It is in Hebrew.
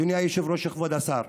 אדוני היושב-ראש, כבוד השר,